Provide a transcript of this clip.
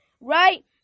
right